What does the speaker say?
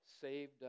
saved